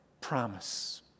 promise